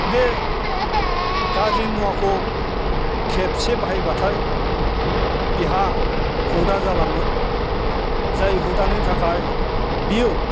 बे गाज्रि मुवाखौ खेबसे बाहाबाथाय बिहा हुदा जालाङो जाय हुदानि थाखाय बियो